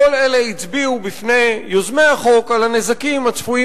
כל אלה הצביעו בפני יוזמי החוק על הנזקים הצפויים